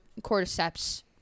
cordyceps